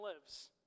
lives